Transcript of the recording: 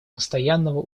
постоянного